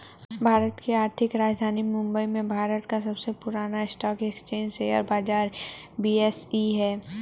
भारत की आर्थिक राजधानी मुंबई में भारत का सबसे पुरान स्टॉक एक्सचेंज शेयर बाजार बी.एस.ई हैं